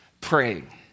praying